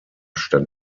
stand